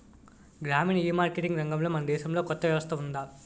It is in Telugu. గ్రామీణ ఈమార్కెటింగ్ రంగంలో మన దేశంలో కొత్త వ్యవస్థ ఉందా?